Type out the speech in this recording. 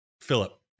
Philip